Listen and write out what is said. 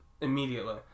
immediately